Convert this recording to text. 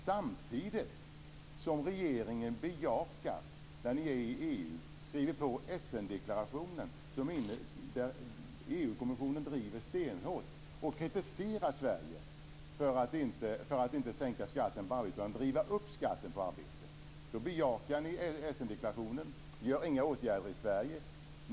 Samtidigt har regeringen i EU skrivit på Essendeklarationen, där EU-kommissionen kritiserar Sverige för att vi inte sänker skatten på arbete utan driver upp den. Ni bejakar Essendeklarationen men vidtar inga åtgärder i Sverige.